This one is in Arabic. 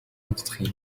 التدخين